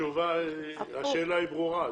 השאלה ברורה.